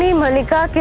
mallika!